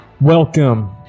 Welcome